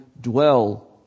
dwell